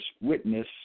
witness